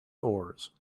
oars